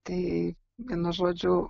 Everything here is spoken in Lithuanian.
tai vienu žodžiu